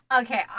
Okay